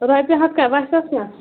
رۄپیہِ ہَتھ کیٛاہ وَسٮ۪س نا